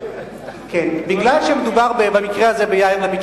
בגלל שמדובר במקרה הזה ביאיר לפיד,